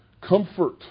comfort